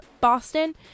Boston